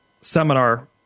seminar